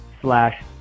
slash